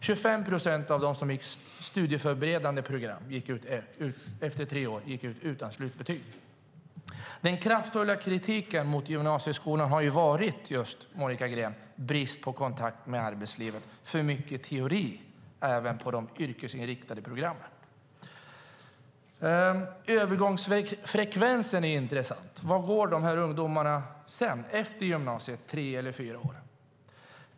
25 procent av dem som gick studieförberedande program gick ut utan slutbetyg efter tre år. Den kraftiga kritiken mot gymnasieskolan har varit just brist på kontakt med arbetslivet och för mycket teori även på de yrkesinriktade programmen, Monica Green. Övergångsfrekvensen är intressant. Vart går dessa ungdomar sedan, efter gymnasiets tre eller fyra år?